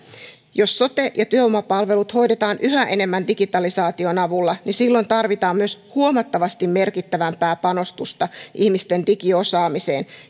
jos sote ja työvoimapalvelut hoidetaan yhä enemmän digitalisaation avulla niin silloin tarvitaan myös huomattavasti merkittävämpää panostusta ihmisten digiosaamiseen